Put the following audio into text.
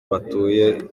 batuye